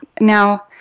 Now